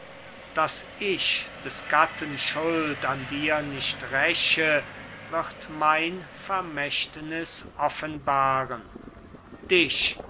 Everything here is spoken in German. daß ich des gatten schuld an dir nicht räche wird mein vermächtnis offenbaren dich